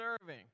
serving